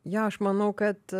jo aš manau kad